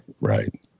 Right